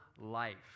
life